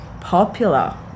popular